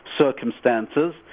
circumstances